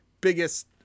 biggest